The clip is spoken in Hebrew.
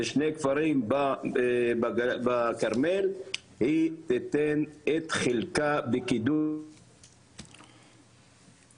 בשני כפרים בכרמל היא תיתן את חלקה בקידום -- (שיבוש טכני בזום)